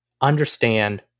understand